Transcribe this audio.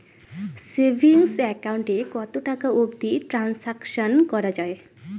Savings account এ কতো টাকা অবধি ট্রানসাকশান করা য়ায়?